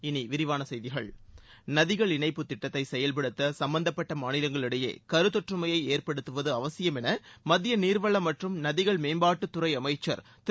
இனி விரிவான செய்திகள் நதிகள் இணைப்புத் திட்டத்தை செயல்படுத்த சம்பந்தப்பட்ட மாநிலங்களிடையே கருத்தொற்றுமையை ஏற்படுத்துவது அவசியம் என மத்திய நீர்வளம் மற்றும் நதிகள் மேம்பாட்டுத்துறை அமைச்சர் திரு